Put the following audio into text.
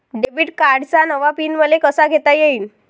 Debit कार्डचा नवा pin मले कसा घेता येईन?